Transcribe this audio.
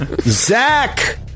Zach